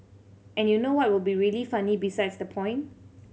and you know what would be really funny besides the point